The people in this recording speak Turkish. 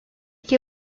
iki